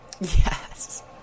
Yes